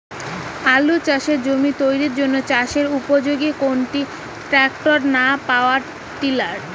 আলু চাষের জমি তৈরির জন্য চাষের উপযোগী কোনটি ট্রাক্টর না পাওয়ার টিলার?